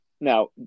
Now